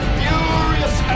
furious